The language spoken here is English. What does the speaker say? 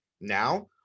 now